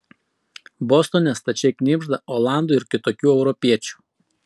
bostone stačiai knibžda olandų ir kitokių europiečių